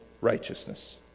righteousness